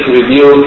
review